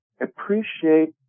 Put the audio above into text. Appreciate